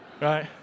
Right